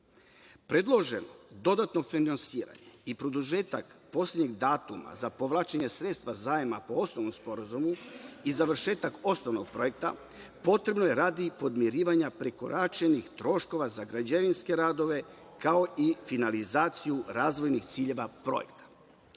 deonicama. Predloženo dodatno finansiranje i produžetak poslednjeg datuma za povlačenje sredstava zajma po osnovnom sporazumu i završetak osnovnog projekta potrebno je radi podmirivanja prekoračenih troškova za građevinske radove, kao i finalizaciju razvojnih ciljeva projekta. Znam